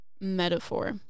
metaphor